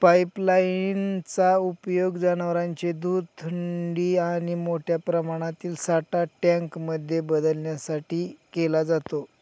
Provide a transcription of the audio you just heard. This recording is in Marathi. पाईपलाईन चा उपयोग जनवरांचे दूध थंडी आणि मोठ्या प्रमाणातील साठा टँक मध्ये बदलण्यासाठी केला जातो